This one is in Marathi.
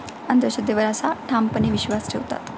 अंधश्रद्धेवर असा ठामपणे विश्वास ठेवतात